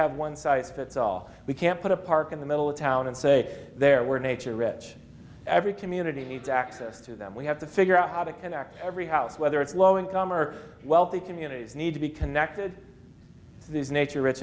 have one site that's all we can put a park in the middle of town and say there were nature rich every community needs access to them we have to figure out how to connect every house whether it's low income or wealthy communities need to be connected these nature rich